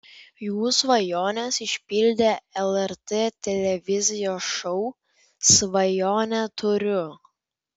jų svajones išpildė lrt televizijos šou svajonę turiu